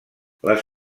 les